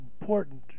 important